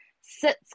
sits